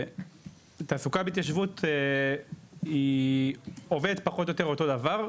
תעסוקה בהתיישבות עובדת פחות או יותר אותו דבר,